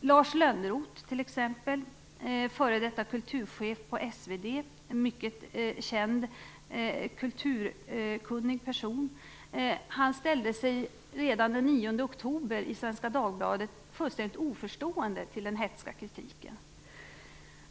Ett exempel är Lars Lönnroth, f.d. kulturchef på SvD och känd som en mycket kulturkunnig person, som redan den 9 oktober i Svenska Dagbladet ställde sig fullständigt oförstående till den hätska kritiken.